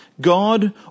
God